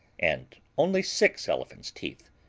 and only six elephants' teeth,